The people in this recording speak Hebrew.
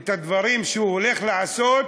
ואת הדברים שהוא הולך לעשות,